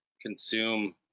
consume